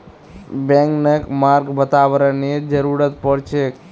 बैगनक गर्म वातावरनेर जरुरत पोर छेक